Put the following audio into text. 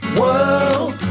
world